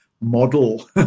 model